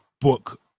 book